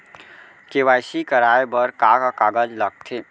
KYC कराये बर का का कागज लागथे?